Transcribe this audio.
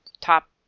top